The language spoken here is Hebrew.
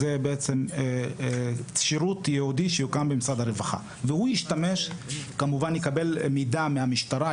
זה שירות ייעודי שיוקם במשרד הרווחה והוא כמובן יקבל מידע מהמשטרה,